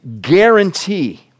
guarantee